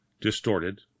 distorted